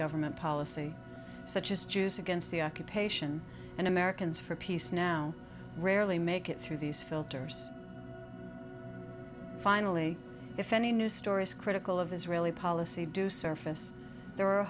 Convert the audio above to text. government policy such as jews against the occupation and americans for peace now rarely make it through these filters finally if any news stories critical of israeli policy do surface there are a